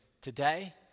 today